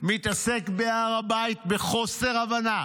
מתעסק בהר הבית בחוסר הבנה